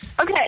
Okay